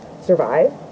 survive